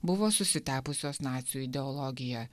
buvo susitepusios nacių ideologija